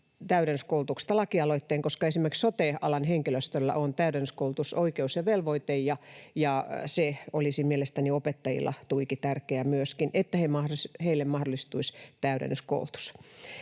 täydennyskoulutuksesta lakialoitteen, koska esimerkiksi sote-alan henkilöstöllä on täydennyskoulutusoikeus ja -velvoite, ja olisi mielestäni tuiki tärkeää, että myös opettajille mahdollistuisi täydennyskoulutus.